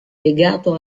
legato